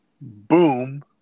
Boom